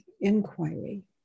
inquiry